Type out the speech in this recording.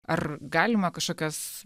ar galima kažkokias